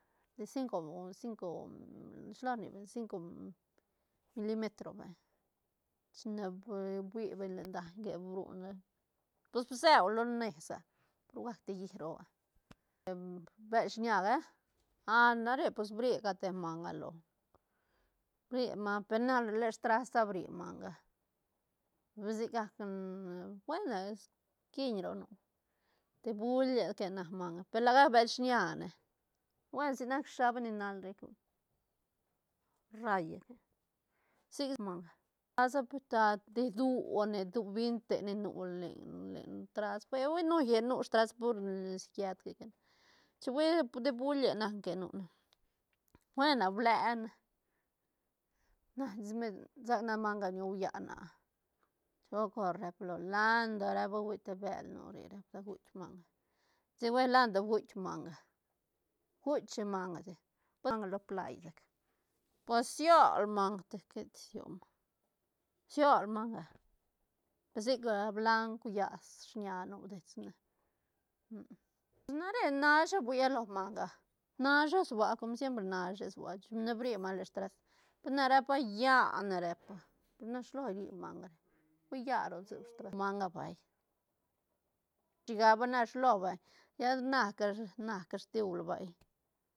De cinco cinco shilo rni beñ cinco milimetro vay, chine pue fui beñ len daiñ que brune pus bseune lones ah brugac te llí roo ah te bël shiñaga a nare pues brigal te manga lo bri manga pena len strasta bri manga sigac buena kiñ roc nu te bulie que nac manga pe la gac bël shiña ne pues si nac shaba ni nal rec hui rralle manga lasa pet te dune du binte ne nu len- len trast pe hui nulle nu trast pur nes giet que- que chi fuia te bulie nac que nu ne buena bleane na sac na manga ñauya naá gol cor repa lo lando repa hui te bël nu re repa da guitk manga chic hui lando guitk manga, guitk shi manga chic manga lo play sec pues siol manga te queta siol manga siol manga pe sic blauc, llas, shiña nu dets ne pues nare nasha fuia lo manga nasha sua como siempr nashe sua chin ne bri manga len trasta pe na repa ya ne repa pe na shilo ri manga hui ya roc sub trasta, manga vay shigaba na shi lo vay lla naca- naca stiu la vay.